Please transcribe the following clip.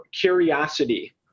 curiosity